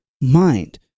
mind